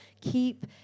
keep